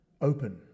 Open